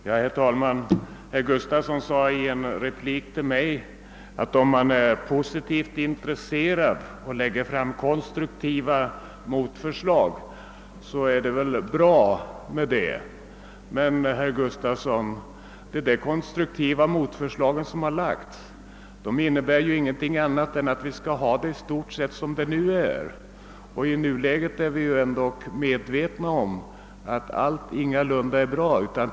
Herr talman! I en replik till mig sade herr Gustafson i Göteborg att det är bra om man är positivt intresserad och lägger fram konstruktiva motförslag. Men, herr Gustafson, de konstruktiva motförslag som här presenterats innebär ingenting annat än att vi i stort sett skall ha det som det är nu — och vi är ju ändock medvetna om att allt ingalunda är bra i dag.